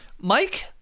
Mike